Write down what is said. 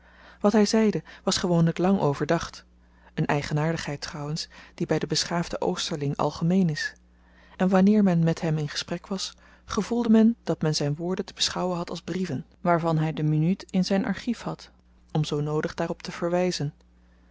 wat hy zeide was gewoonlyk lang overdacht een eigenaardigheid trouwens die by den beschaafden oosterling algemeen is en wanneer men met hem in gesprek was gevoelde men dat men zyn woorden te beschouwen had als brieven waarvan hy de minuut in zyn archief had om zoo noodig daarop te verwyzen